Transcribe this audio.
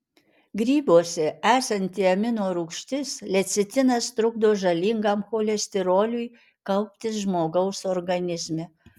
grybuose esanti amino rūgštis lecitinas trukdo žalingam cholesteroliui kauptis žmogaus organizme